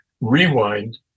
rewind